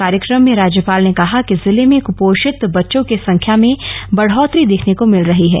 कार्यक्रम में राज्यपाल ने कहा कि जिले में कपोषित बच्चों की संख्या में बढोतरी देखने को मिल रही है